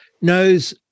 knows